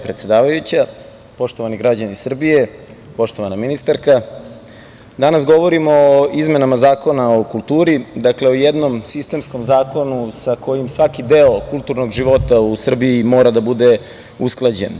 Poštovani građani Srbije, poštovana ministarka, danas govorimo o izmenama Zakona o kulturi, o jednom sistemskom zakonu sa kojim svaki deo kulturnog života u Srbiji mora da bude usklađen.